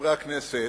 חברי הכנסת,